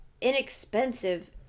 inexpensive